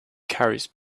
carries